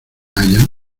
allá